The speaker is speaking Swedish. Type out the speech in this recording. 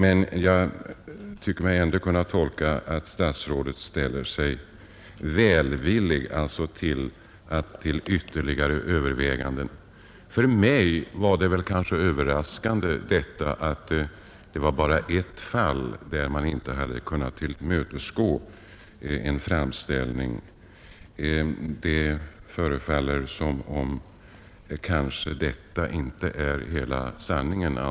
Men jag tycker mig ändå kunna tolka svaret så att statsrådet ställer sig välvillig till ytterligare överväganden. För mig var det överraskande att bara i ett fall sådana här framställningar inte hade tillmötesgåtts. Det förefaller kanske som om detta inte är hela sanningen.